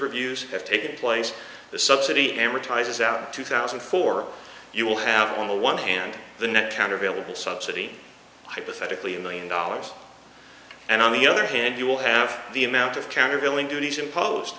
reviews have taken place the subsidy amortizes out two thousand and four you will have on the one hand the net counter available subsidy hypothetically a million dollars and on the other hand you will have the amount of countervailing duties imposed